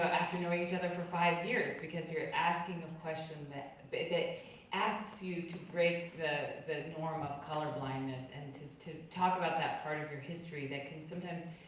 after knowing each other for five years, because you're asking a question that that asks you to break the the norm of colorblindness, and to to talk about that part of your history that can sometimes,